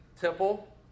Temple